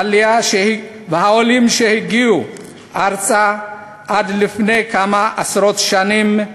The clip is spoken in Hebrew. והעולים שהגיעו ארצה עד לפני כמה עשרות שנים,